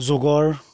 যুগৰ